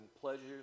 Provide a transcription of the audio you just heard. pleasures